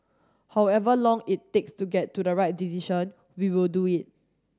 however long it takes to get to the right decision we will do it